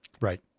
Right